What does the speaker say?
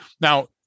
Now